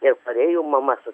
ir parėjo mama su